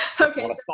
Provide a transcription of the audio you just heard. Okay